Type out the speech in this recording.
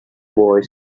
boy